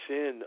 Sin